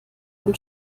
von